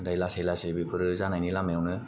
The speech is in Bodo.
दायो लासै लासै बेफोरो जानायनि लामायावनो